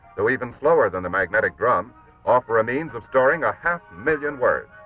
go even slower than the magnetic drum offer a means of storing a half million words.